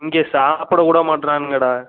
இங்கே சாப்பிட கூட மாட்றானுங்கடா